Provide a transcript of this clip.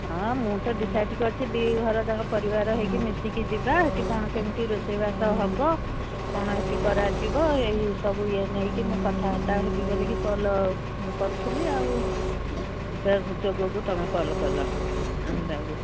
ହଁ ମୁଁ ତ ଡିସାଇଡ଼୍ କରିଛିି ଦୁଇ ଘର ତାଙ୍କ ପରିବାର ହେଇକି ମିଶିକି ଯିବା ସେଠି କ'ଣ କେମିତି ରୋଷେଇବାସ ହବ କ'ଣ ସେଠି କରାଯିବ ଏ ସବୁ ଇଏ ନେଇକି ମୁଁ କଥାବାର୍ତ୍ତା ହେବି ବୋଲିକି କଲ୍ କରିଥିଲି ଆଉ ସେ ଯୋଗକୁ ତୁମେ କଲ୍ କଲ ଆମ ପାଖକୁ